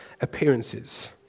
appearances